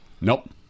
Nope